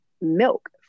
milk